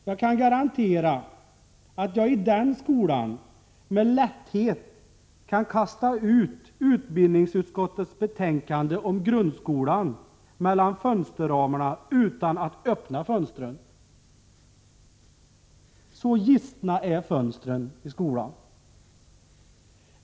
Jag kan garantera att jag i den skolan med lätthet kan kasta ut utbildningsutskottets betänkande om grundskolan mellan fönsterramarna utan att öppna fönstren. Så gistna är fönstren i skolan.